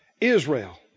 Israel